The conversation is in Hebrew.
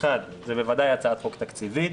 זו בוודאי הצעת חוק תקציבית,